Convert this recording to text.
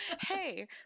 Hey